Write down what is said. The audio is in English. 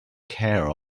care